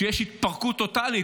כשיש התפרקות טוטלית,